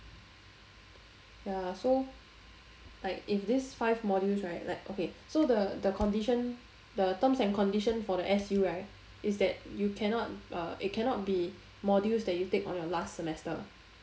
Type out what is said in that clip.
ya so like if this five modules right like okay so the the condition the terms and condition for the s u right is that you cannot uh it cannot be modules you take on your last semester